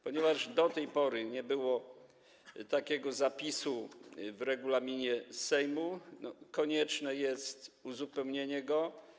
Ponieważ do tej pory nie było takiego zapisu w regulaminie Sejmu, konieczne jest uzupełnienie go.